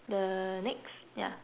the next ya